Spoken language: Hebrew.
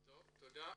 תודה.